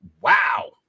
wow